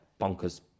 bonkers